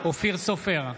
אופיר סופר,